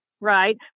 Right